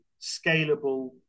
scalable